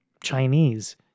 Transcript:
Chinese